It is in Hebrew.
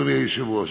אדוני היושב-ראש,